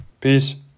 Peace